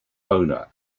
owner